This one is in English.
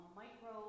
micro